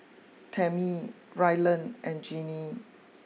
Tammie Rylan and Gennie